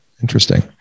Interesting